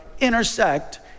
intersect